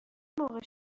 موقع